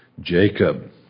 Jacob